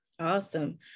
Awesome